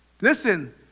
listen